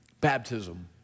baptism